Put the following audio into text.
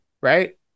right